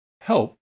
help